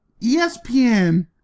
ESPN